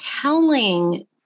telling